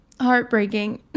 heartbreaking